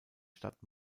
stadt